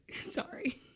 Sorry